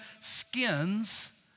skins